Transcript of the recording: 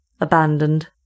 abandoned